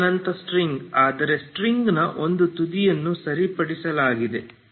ಅರೆ ಅನಂತ ಸ್ಟ್ರಿಂಗ್ ಆದರೆ ಸ್ಟ್ರಿಂಗ್ನ ಒಂದು ತುದಿಯನ್ನು ಸರಿಪಡಿಸಲಾಗಿದೆ